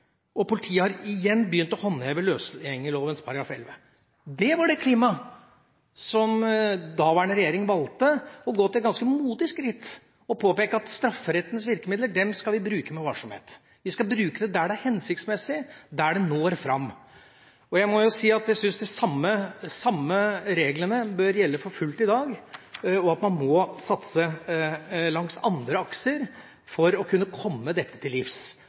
og politiet har igjen begynt å håndheve løsgjengerloven § 11.» Det var i det klimaet at daværende regjering valgte å gå til det ganske modige skritt å påpeke at strafferettens virkemidler skal vi bruke med varsomhet. Vi skal bruke det der det er hensiktsmessig, der det når fram. Jeg må jo si at jeg syns de samme reglene bør gjelde for fullt i dag, og at man må satse langs andre akser for å kunne komme dette til livs,